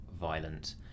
violent